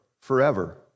forever